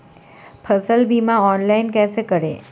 फसल बीमा ऑनलाइन कैसे करें?